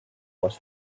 was